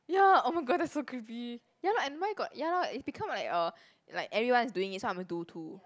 ya oh my god that's so creepy ya lah and why got ya lah and it become like uh like everyone is doing it so I'm do too